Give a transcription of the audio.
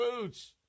boots